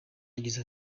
yagize